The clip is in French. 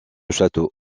château